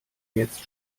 jetzt